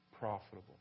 profitable